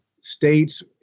states